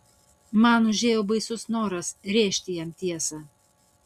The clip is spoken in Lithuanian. man užėjo baisus noras rėžti jam tiesą